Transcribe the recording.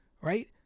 right